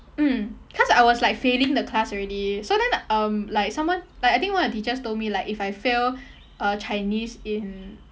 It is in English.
mm cause I was like failing the class already so then um like someone like I think one of the teachers told me like if I fail uh chinese in